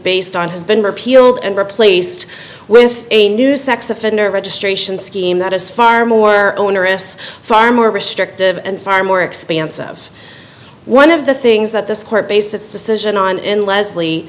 based on has been repealed and replaced with a new sex offender registration scheme that is far more onerous far more restrictive and far more expansive one of the things that this court based its decision on and lesl